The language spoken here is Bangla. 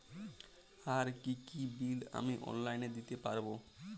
আর কি কি বিল আমি অনলাইনে দিতে পারবো?